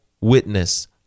witness